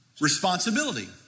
responsibility